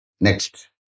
Next